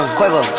Quavo